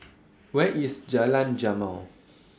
Where IS Jalan Jamal